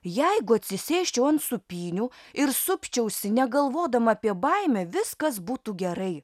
jeigu atsisėsčiau ant sūpynių ir supčiausi negalvodama apie baimę viskas būtų gerai